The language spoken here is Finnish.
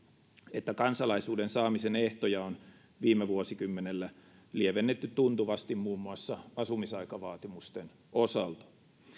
että kansalaisuuden saamisen ehtoja on viime vuosikymmenellä lievennetty tuntuvasti muun muassa asumisaikavaatimusten osalta